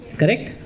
correct